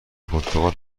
پرتغال